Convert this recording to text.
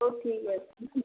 ହଉ ଠିକ୍ ଅଛି